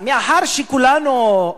מאחר שכולנו,